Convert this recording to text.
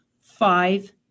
five